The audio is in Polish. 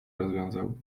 rozwiązał